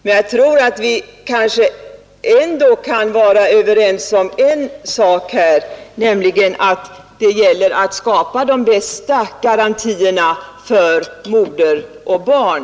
En sak kan vi nog vara överens om, nämligen att det gäller att skapa de bästa garantierna för moder och barn.